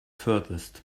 furthest